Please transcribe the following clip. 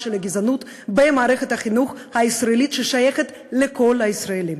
הגזענות במערכת החינוך הישראלית ששייכת לכל הישראלים.